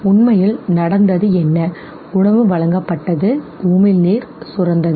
உண்மையில் நடந்தது என்ன உணவு வழங்கப்பட்டது உமிழ்நீர் சுரந்தது